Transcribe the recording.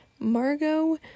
Margot